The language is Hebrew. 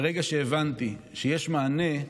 ברגע שהבנתי שיש מענה,